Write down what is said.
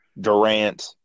Durant